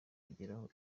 kugeraho